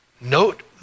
Note